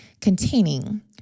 Containing